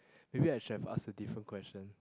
maybe I should have asked a different question